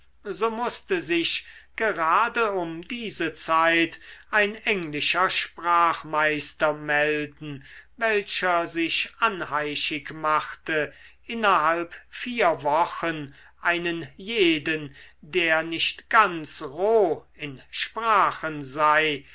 so mußte sich gerade um diese zeit ein englischer sprachmeister melden welcher sich anheischig machte innerhalb vier wochen einen jeden der nicht ganz roh in sprachen sei